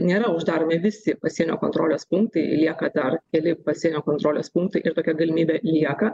nėra uždaromi visi pasienio kontrolės punktai lieka dar keli pasienio kontrolės punktai ir tokia galimybė lieka